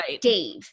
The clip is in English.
Dave